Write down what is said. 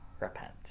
repent